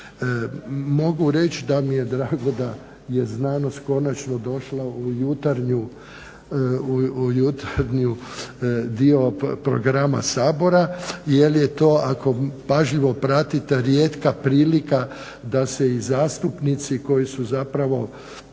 Mogu reći da mi je drago da je znanost konačno došla u jutarnju dio programa Sabora, jer je to ako pažljivo pratite rijetka prilika da se i zastupnici koji su zapravo,